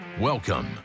Welcome